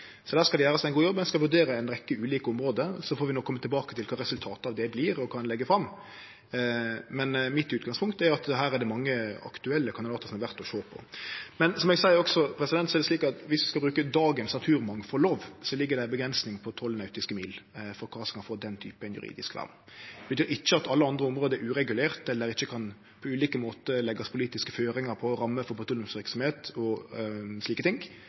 Der skal det gjerast ein god jobb. Ein skal vurdere ei rekkje ulike område. Vi får kome tilbake til kva som vert resultatet av det, og kva vi kan leggje fram, men mitt utgangspunkt er at her er det mange aktuelle kandidatar som det er verdt å sjå på. Men som eg også seier, er det slik at viss ein skal bruke dagens naturmangfaldlov, ligg det ei avgrensing på 12 nautiske mil for kva som skal få den typen juridisk vern. Det betyr ikkje at alle andre område er uregulerte, eller ikkje på ulike måtar kan leggjast politiske føringar for, med rammer for petroleumsverksemd og slike ting.